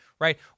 right